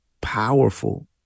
powerful